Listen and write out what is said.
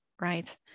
Right